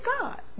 God